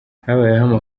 habayeho